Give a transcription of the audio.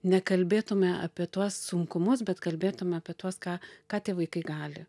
nekalbėtume apie tuos sunkumus bet kalbėtume apie tuos ką ką tie vaikai gali